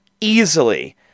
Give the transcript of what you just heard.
easily